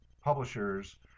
publishers